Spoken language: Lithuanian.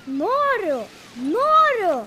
noriu noriu